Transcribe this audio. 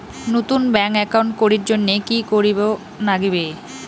নতুন bank account করির জন্যে কি করিব নাগিবে?